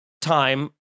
time